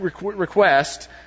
request